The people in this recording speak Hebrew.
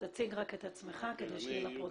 תציג את עצמך כדי שיהיה בפרוטוקול.